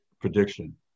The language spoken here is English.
prediction